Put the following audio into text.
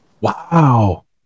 Wow